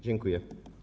Dziękuję.